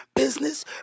Business